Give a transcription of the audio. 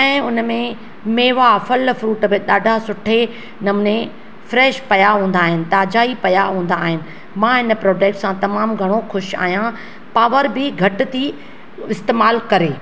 ऐं हुन में मेवा फ़ल फ्रुट त ॾाढा सुठे नमूने फ्रैश पिया हूंदा आहिनि ताज़ा ई पिया हूंदा आहिनि मां हिन प्रोडक्ट सां तमामु घणो ख़ुशि आहियां पावर बि घटि थी इस्तेमालु करे